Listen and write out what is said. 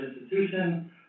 institution